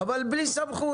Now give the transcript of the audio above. אבל הוא בלי סמכות,